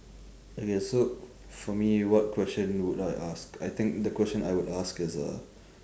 okay so for me what question would I ask I think the question I would ask is uh